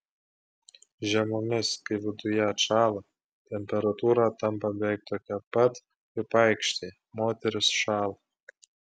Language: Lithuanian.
žiemomis kai viduje atšąla temperatūra tampa beveik tokia pat kaip aikštėje moterys šąla